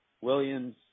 Williams